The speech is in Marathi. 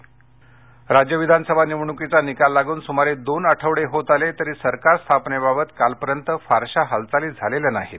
फडणवीस राज्य विधानसभा निवडणुकीचा निकाल लागून सुमारे दोन आठवडे होत आले तरी सरकार स्थापनेबाबत कालपर्यंत फारशा हालचाली झालेल्या नाहीत